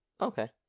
Okay